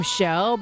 show